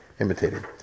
Imitated